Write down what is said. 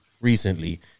recently